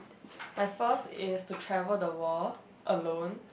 my first is to travel the world alone